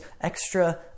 extra